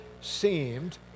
seemed